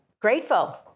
grateful